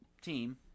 team